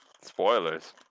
Spoilers